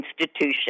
institution